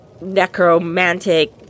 necromantic